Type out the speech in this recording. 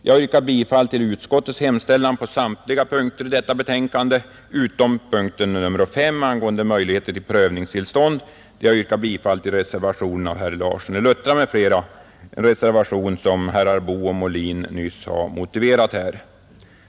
Jag yrkar bifall till utskottets hemställan på samtliga punkter i detta betänkande utom beträffande punkten 5 angående möjligheterna till prövningstillstånd, där jag yrkar bifall till reservationen av herr Larsson i Luttra m.fl., en reservation som herrar Boo och Molin nyss har motiverat här.